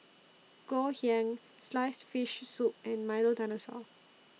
Ngoh Hiang Sliced Fish Soup and Milo Dinosaur